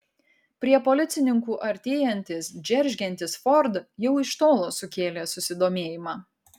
prie policininkų artėjantis džeržgiantis ford jau iš tolo sukėlė susidomėjimą